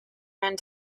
rand